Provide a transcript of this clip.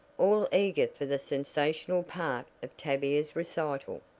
all eager for the sensational part of tavia's recital.